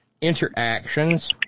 interactions